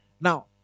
Now